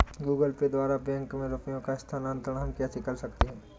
Google Pay द्वारा bank में रुपयों का स्थानांतरण हम कैसे कर सकते हैं?